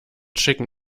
schicken